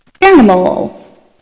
animal